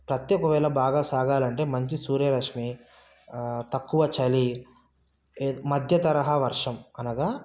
పత్తి ఒకవేళ బాగా సాగాలంటే మంచి సూర్యరశ్మి తక్కువ చలి మద్య తరహా వర్షం అనగా